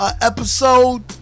episode